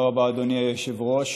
רבה, אדוני היושב-ראש.